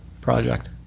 project